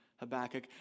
Habakkuk